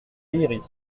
héry